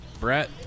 Brett